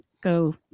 go